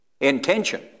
intention